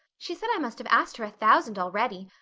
she said i must have asked her a thousand already.